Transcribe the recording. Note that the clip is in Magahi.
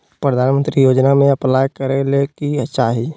प्रधानमंत्री योजना में अप्लाई करें ले की चाही?